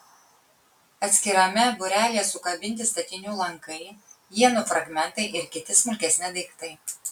atskirame būrelyje sukabinti statinių lankai ienų fragmentai ir kiti smulkesni daiktai